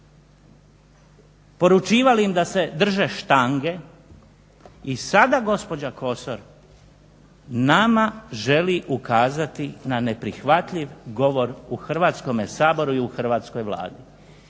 poručivali im da se drže štange i sada gospođa Kosor nama želi ukazati na neprihvatljiv govor u Hrvatskome saboru i u hrvatskoj Vladi.